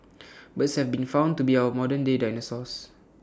birds have been found to be our modernday dinosaurs